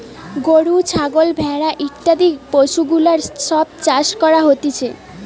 গরু, ছাগল, ভেড়া ইত্যাদি পশুগুলার সব চাষ করা হতিছে